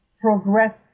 progress